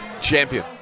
Champion